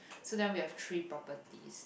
so then we have three properties